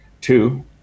Two